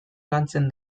lantzen